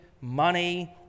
money